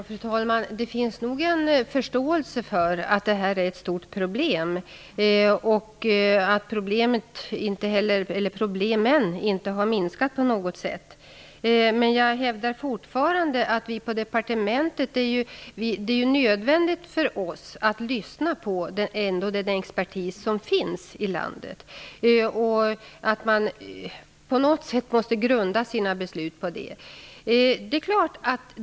Fru talman! Det finns nog förståelse för att det här är ett stort problem och att problemen inte på något sätt minskat. Men jag hävdar fortfarande att det är nödvändigt för oss på departementet att lyssna på den expertis som finns i landet. På något sätt måste man grunda sina beslut på det expertisen kommer fram till.